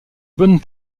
bonne